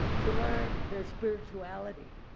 to learn their spirituality.